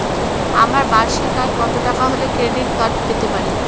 আমার বার্ষিক আয় কত টাকা হলে ক্রেডিট কার্ড পেতে পারি?